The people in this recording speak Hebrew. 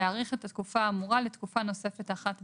לכן זה לא צריך להיכנס גם בהגדרה של עבירת מין.